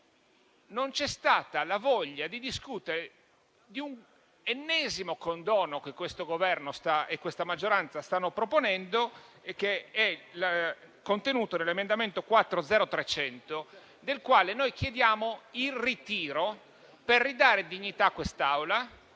non c'è stata la voglia di discutere di un ennesimo condono, che questo Governo e questa maggioranza stanno proponendo e che è contenuto nell'emendamento 4.0.300, del quale noi chiediamo il ritiro, per ridare dignità a quest'Aula